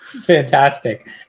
Fantastic